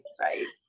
right